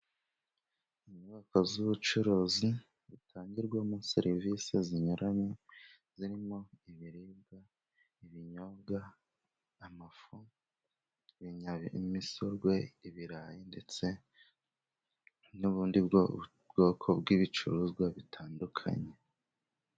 Inyubako z’ubucuruzi butangirwamo serivisi zinyuranye zirimo ibiribwa, ibinyobwa, amafu, ibinyamisorwe, ibirayi, ndetse n’ubundi bwoko bw’ibicuruzwa bitandukanye.